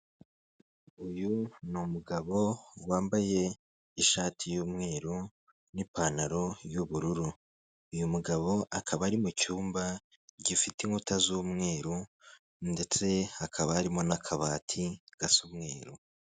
Uyu ni umugabo wambaye ishati y'umweru n'ipantaro y'ubururu. Uyu mugabo akaba ari mu cyumba gifite inkuta z'umweru, ndetse hakaba harimo n'akabati gasa umweru.